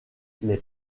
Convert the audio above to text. les